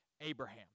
Abraham